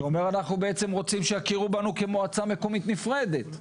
שאומר שאנחנו בעצם רוצים שיכירו בנו כמועצה מקומית נפרדת.